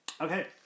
Okay